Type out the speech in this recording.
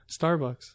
Starbucks